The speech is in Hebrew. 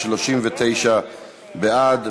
39 בעד.